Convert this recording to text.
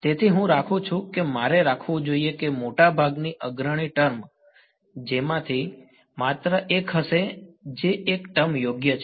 તેથી હું રાખું છું કે મારે રાખવું જોઈએ કે મોટાભાગની અગ્રણી ટર્મ તેમાંથી માત્ર એક હશે જે એક ટર્મ યોગ્ય છે